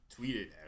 tweeted